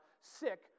sick